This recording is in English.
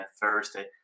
Thursday